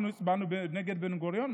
אנחנו הצבענו נגד בן-גוריון?